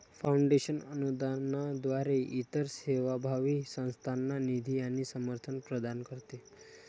foundation अनुदानाद्वारे इतर सेवाभावी संस्थांना निधी आणि समर्थन प्रदान करते